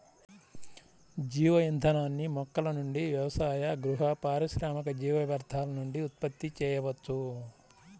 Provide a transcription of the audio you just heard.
జీవ ఇంధనాన్ని మొక్కల నుండి వ్యవసాయ, గృహ, పారిశ్రామిక జీవ వ్యర్థాల నుండి ఉత్పత్తి చేయవచ్చు